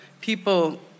people